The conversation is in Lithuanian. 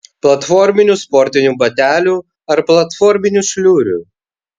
platforminių sportinių batelių ar platforminių šliurių